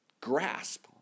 grasp